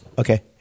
Okay